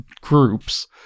groups